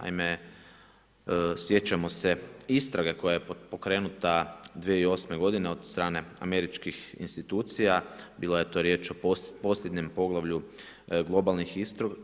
Naime, sjećamo se istrage koja je pokrenuta 2008. g. od strane američkih institucija, bilo je tu riječ o posljednjem poglavlju globalnih